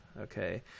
Okay